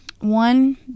one